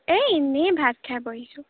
এই এনেই ভাত খাই বহিছোঁ